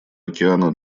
океана